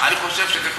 אני חושב שזה חשוב,